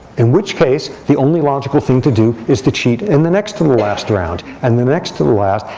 in which case, the only logical thing to do is to cheat in the next to the last round, and the next to the last.